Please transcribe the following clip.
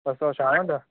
ॿ सौ छावंजाह